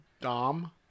Dom